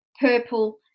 purple